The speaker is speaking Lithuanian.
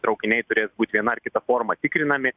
traukiniai turės būt viena ar kita forma tikrinami